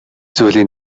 зүйлийн